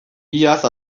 iaz